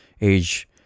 age